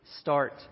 start